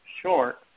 short